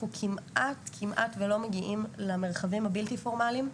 כמעט לא מגיעים למרחבים הבלתי פורמליים,